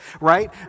right